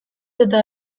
eta